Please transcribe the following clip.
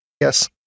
Yes